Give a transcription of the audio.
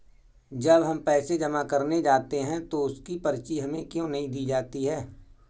जब हम पैसे जमा करने जाते हैं तो उसकी पर्ची हमें क्यो नहीं दी जाती है?